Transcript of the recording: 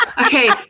okay